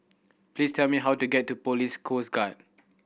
please tell me how to get to Police Coast Guard